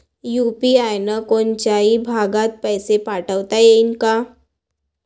UPI न कोनच्याही भागात पैसे पाठवता येईन का?